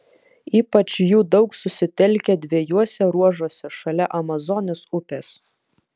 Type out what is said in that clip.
ypač jų daug susitelkę dviejuose ruožuose šalia amazonės upės